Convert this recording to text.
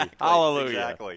Hallelujah